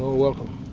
welcome.